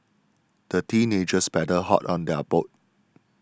the teenagers paddled hard on their boat